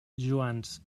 joans